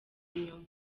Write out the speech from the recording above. inyuma